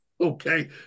Okay